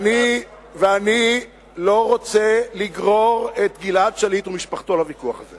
אני לא רוצה לגרור את גלעד שליט ומשפחתו לוויכוח הזה